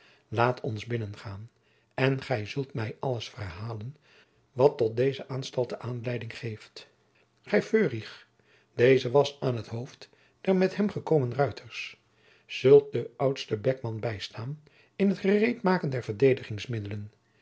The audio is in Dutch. laat ons binnengaan en gij zult mij alles verhalen wat tot deze aanstalte aanleiding geeft gij feurich deze was aan het hoofd der met hem gekomen ruiters zult den ouden beckman bijstaan in het gereedmaken der